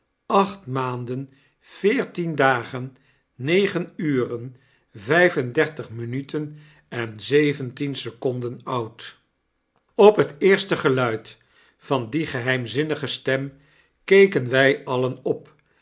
acht maanden veertien dagen negen uren vijf en dertig minuten en zeventien seconden oud op het eerste geluid van die geheimzinnige stem keken wij alien op